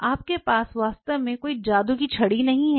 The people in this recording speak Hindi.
आपके पास वास्तव में कोई जादू की छड़ी नहीं है